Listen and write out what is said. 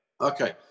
Okay